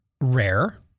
rare